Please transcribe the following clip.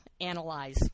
analyze